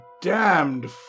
damned